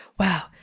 Wow